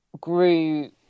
grew